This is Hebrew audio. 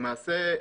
למעשה,